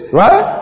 right